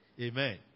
Amen